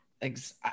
Thanks